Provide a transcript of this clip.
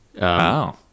Wow